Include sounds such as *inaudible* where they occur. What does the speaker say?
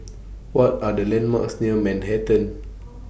*noise* What Are The landmarks near Manhattan *noise*